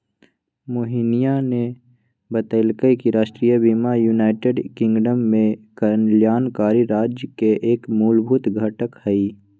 मोहिनीया ने बतल कई कि राष्ट्रीय बीमा यूनाइटेड किंगडम में कल्याणकारी राज्य के एक मूलभूत घटक हई